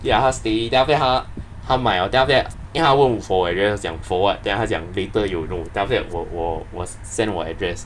ya 他 steady then after that 他他买 liao then after that 因为他问 for 我 then reymus 讲 for what then 他讲 later you know then after that 我我我我 send 我 address